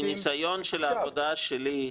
לא, לא, מניסיון של העבודה שלי,